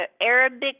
Arabic